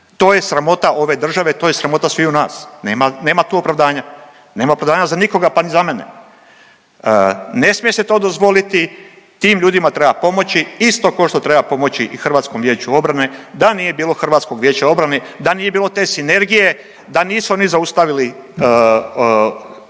To je sramota ove države, to je sramota sviju nas, nema, nema tu opravdanja, nema opravdanja za nikoga, pa ni za mene. Ne smije se to dozvoliti, tim ljudima treba pomoći isto košto treba pomoći i HVO-u, da nije bilo HVO-a, da nije bilo te sinergije, da nisu oni zaustavili